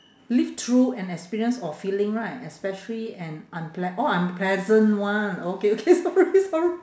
live through an experience or feeling right especially an unplea~ oh unpleasant one okay okay sorry sor~